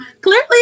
clearly